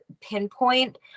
pinpoint